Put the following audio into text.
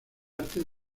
artes